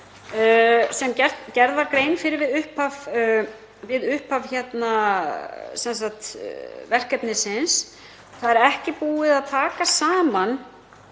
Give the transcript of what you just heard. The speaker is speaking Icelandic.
sem gerð var grein fyrir við upphaf verkefnisins. Það er ekki búið að taka saman